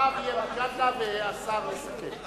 אחריו יהיה מג'אדלה, והשר יסכם.